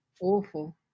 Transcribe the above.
awful